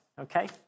Okay